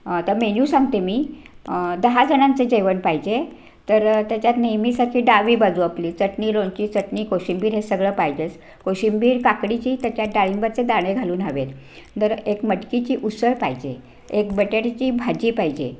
तर मेन्यू सांगते मी दहा जणांचं जेवण पाहिजे तर त्याच्यात नेहमीसाठी डावी बाजू आपली चटणी लोणची चटणी कोशिंबीर हे सगळं पाहिजेच कोशिंबीर काकडीची त्याच्यात डाळिंबाचे दाणे घालून हवे आहेत तर एक मटकीची उसळ पाहिजे एक बटाट्याची भाजी पाहिजे